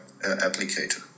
applicator